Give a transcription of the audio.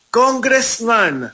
congressman